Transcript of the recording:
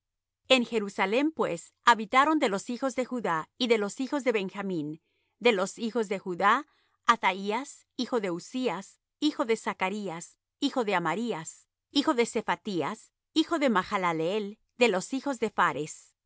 en jerusalem pues habitaron de los hijos de judá y de los hijos de benjamín de los hijos de judá athaías hijo de uzzías hijo de zacarías hijo de amarías hijo de sephatías hijo de mahalaleel de los hijos de phares